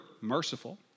merciful